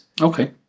Okay